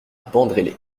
bandrélé